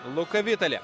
luka vitali